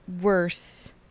Worse